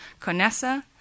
CONESA